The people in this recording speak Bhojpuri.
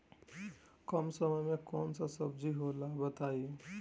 कम समय में कौन कौन सब्जी होला बताई?